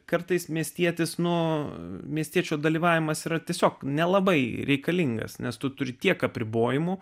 kartais miestietis nuo miestiečių dalyvavimas yra tiesiog nelabai reikalingas nes tu turi tiek apribojimų